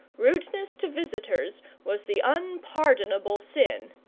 rudeness to visitors was the unpardonable sin,